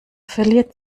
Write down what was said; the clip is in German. verliert